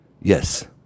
yes